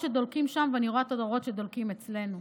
שדולקים שם ואני רואה את האורות שדולקים אצלנו.